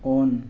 on